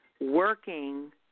working